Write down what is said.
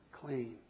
clean